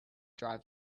drive